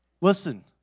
Listen